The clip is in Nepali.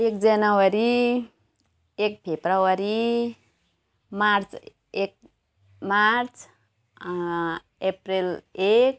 एक जनवरी एक फेब्रुअरी मार्च एक मार्च अप्रेल एक